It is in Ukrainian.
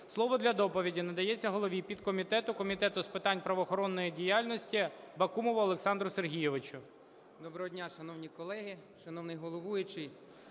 Слово для доповіді надається голові підкомітету Комітету з питань правоохоронної діяльності Бакумову Олександру Сергійовичу. 16:42:32 БАКУМОВ О.С. Доброго дня, шановні колеги, шановний головуючий!